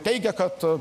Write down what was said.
teigia kad